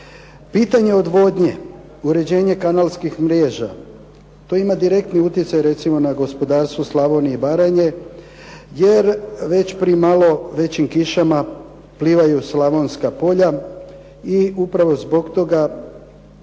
Pitanje odvodnje, uređenje kanalskih mreža, to ima direktni utjecaj recimo na gospodarstvo Slavonije i Baranje, jer pri malo većim kišama plivaju slavonska polja. I upravo zbog toga